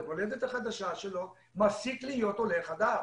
למולדת החדשה שלו מפסיק להיות עולה חדש?